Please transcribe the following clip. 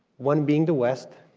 one being the west,